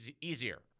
easier